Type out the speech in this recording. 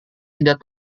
tidak